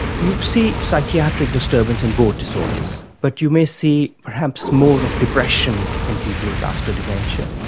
you see psychiatric disturbance in both disorders, but you may see perhaps more of depression in people with vascular dementia,